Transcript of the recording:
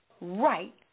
right